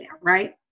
right